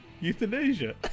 euthanasia